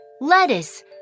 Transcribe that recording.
Lettuce